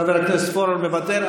חבר הכנסת פורר מוותר.